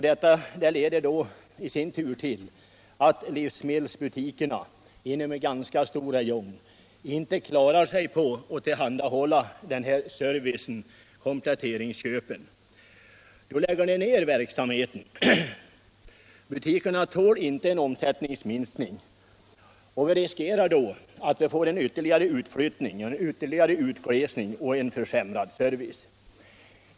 Detta leder i sin tur till att livsmedelsbutikerna inom en ganska stor räjong inte klarar sig på att tillhandhålla service för kompletteringsköp utan lägger ned verksamheten. Butikerna tål inte omsättningsminskningen. Vi riskerar då att få en ytterligare utflyttning och utglesning och en försämrad service.